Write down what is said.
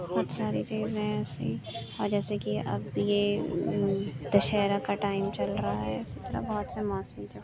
بہت ساری چیزیں ایسی جیسے کہ اب یہ دسہرہ کا ٹائم چل رہا ہے اسی طرح بہت سے موسمی تیوہار